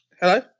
Hello